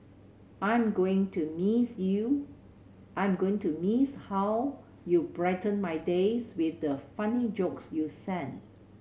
I am going to miss you I am going to miss how you brighten my days with the funny jokes you sent